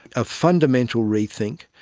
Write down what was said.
a fundamental rethink,